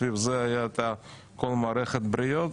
סביב זה היה את כל מערכת הבחירות,